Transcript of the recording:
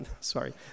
Sorry